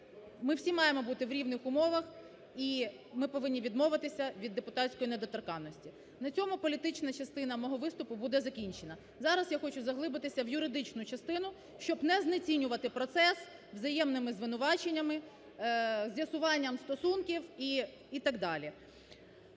ми всі маємо бути в рівних умовах і ми повинні відмовитися від депутатської недоторканності. На цьому політична частина мого виступу буде закінчена. Зараз я хочу заглибитися в юридичну частину, щоб не знецінювати процес взаємними звинуваченнями, з'ясуванням стосунків і так далі.